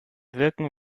wirken